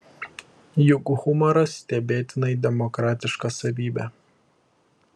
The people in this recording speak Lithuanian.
juk humoras stebėtinai demokratiška savybė